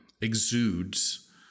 exudes